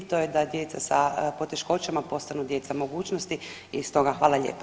To je da djeca sa poteškoćama postanu djeca mogućnosti i stoga hvala lijepa.